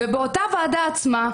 ובאותה ועדה עצמה,